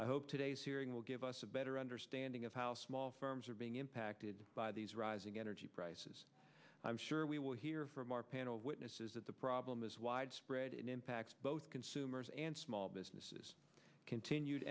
i hope today's hearing will give us a better understanding of how small firms are being impacted by these rising energy prices i'm sure we will hear from our panel of witnesses at the problem is widespread impacts both consumers and small businesses continued